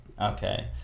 Okay